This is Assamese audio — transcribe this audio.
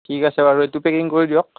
ঠিক আছে বাৰু এইটো পেকিং কৰি দিয়ক